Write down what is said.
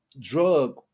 drug